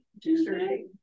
Tuesday